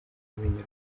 umenya